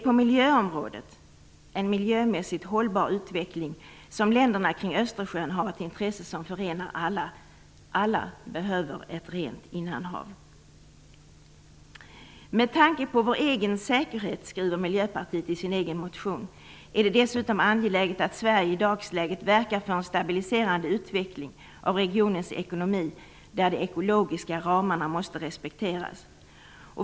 På miljöområdet är en miljömässigt hållbar utveckling ett intresse som förenar alla länder kring Östersjön - alla behöver ett rent innanhav. Miljöpartiet skriver i sin motion: Med tanke på vår egen säkerhet är det dessutom angeläget att Sverige i dagsläget verkar för en stabiliserande utveckling av regionens ekonomi, där de ekologiska ramarna måste respekteras.